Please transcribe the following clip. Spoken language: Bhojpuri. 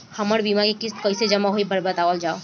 हमर बीमा के किस्त कइसे जमा होई बतावल जाओ?